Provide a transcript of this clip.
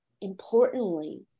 importantly